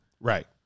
Right